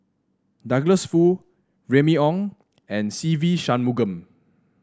Douglas Foo Remy Ong and Se Ve Shanmugam